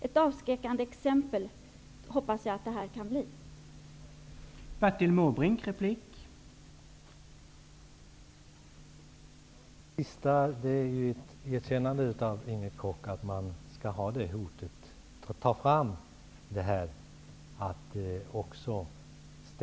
Ett avskräckande exempel hoppas jag att inrättandet av en krigsförbrytardomstol skall kunna bli.